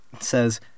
Says